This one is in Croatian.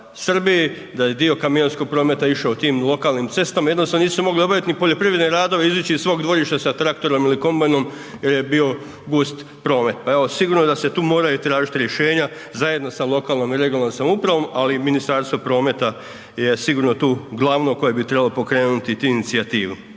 da je dio kamionskog prometa išao tim lokalnim cestama, jednostavno nisu mogli obavit ni poljoprivredne radove, izić iz svog dvorišta sa traktorom ili kombajnom jer je bio gust promet, pa evo sigurno da se tu moraju tražit rješenja zajedno sa lokalnom i regionalnom samoupravom, ali i Ministarstvo prometa je sigurno tu glavno koje bi trebalo pokrenuti tu inicijativu.